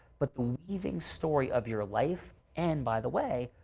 but believing story of your life and by the way,